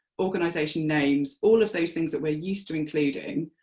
organisation names, all of those things. that we're used to including,